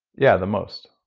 yeah, the most